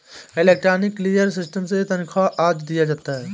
electronic clearance system से तनख्वा आदि दिया जाता है